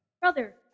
Brother